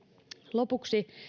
lopuksi